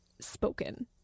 spoken